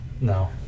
No